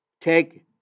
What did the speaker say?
take